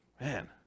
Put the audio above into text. man